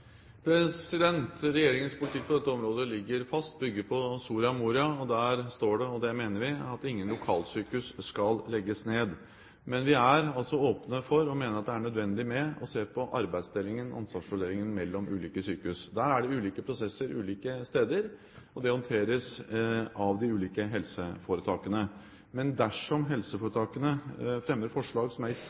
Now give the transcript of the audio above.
Regjeringens politikk på dette området ligger fast og bygger på Soria Moria. Der står det – og det mener vi – at ingen lokalsykehus skal legges ned. Men vi er åpne for, og mener at det er nødvendig, å se på arbeidsdelingen, ansvarsfordelingen, mellom ulike sykehus. Der er det ulike prosesser ulike steder, og det håndteres av de ulike helseforetakene. Men dersom helseforetakene fremmer forslag som er